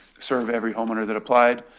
serve every homeowner that applied.